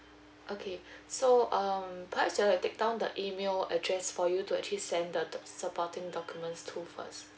okay so um but you have to take down the email address for you to actually send the supporting documents to first